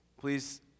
Please